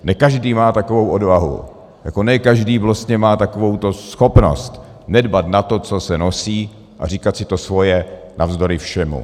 Ne každý má takovou odvahu, ne každý má takovouto schopnost nedbat na to, co se nosí, a říkat si to svoje navzdory všemu.